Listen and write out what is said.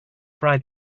fry